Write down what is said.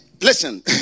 Listen